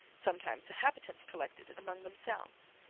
sometimes the habitants collected it among themselves.